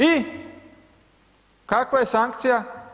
I kakva je sankcija?